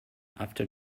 after